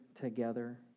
together